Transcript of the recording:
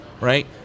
right